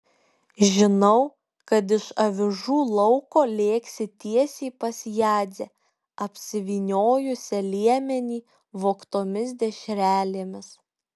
žinau kad iš avižų lauko lėksi tiesiai pas jadzę apsivyniojusią liemenį vogtomis dešrelėmis